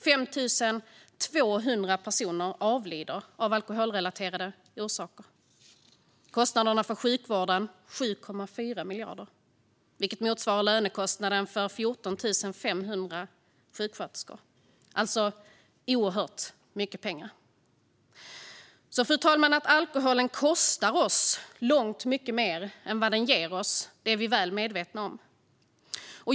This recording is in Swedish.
5 200 personer avlider av alkoholrelaterade orsaker. Kostnaden för sjukvården var 7,4 miljarder, vilket motsvarar lönekostnaden för 14 500 sjuksköterskor. Det är alltså oerhört mycket pengar. Fru talman! Att alkoholen kostar oss långt mycket mer än vad den ger oss är vi väl medvetna om.